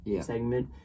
segment